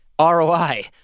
ROI